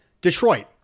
Detroit